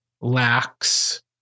lacks